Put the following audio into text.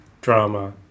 drama